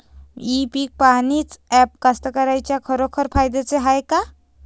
इ पीक पहानीचं ॲप कास्तकाराइच्या खरोखर फायद्याचं हाये का?